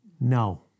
No